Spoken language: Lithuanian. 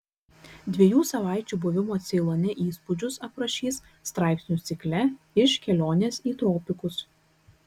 dviejų savaičių buvimo ceilone įspūdžius aprašys straipsnių cikle iš kelionės į tropikus